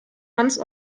hans